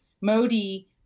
Modi